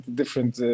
different